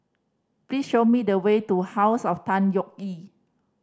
please show me the way to House of Tan Yeok Nee